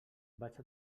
vaig